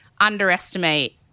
underestimate